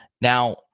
Now